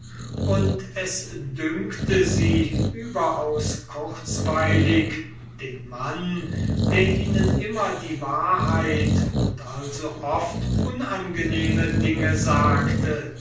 und es dünkte sie überaus kurzweilig den mann der ihnen immer die wahrheit und also oft unangenehme dinge sagte